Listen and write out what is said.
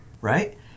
right